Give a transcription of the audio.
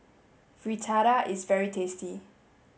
Fritada is very tasty